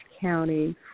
County